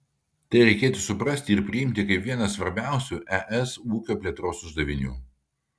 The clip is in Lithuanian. tai reikėtų suprasti ir priimti kaip vieną svarbiausių es ūkio plėtros uždavinių